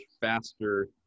faster